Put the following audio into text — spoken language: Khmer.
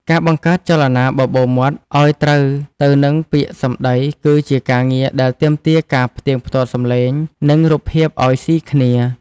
ការបង្កើតចលនាបបូរមាត់ឱ្យត្រូវទៅនឹងពាក្យសម្តីគឺជាការងារដែលទាមទារការផ្ទៀងផ្ទាត់សំឡេង និង រូបភាពឱ្យស៊ីគ្នា។